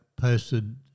posted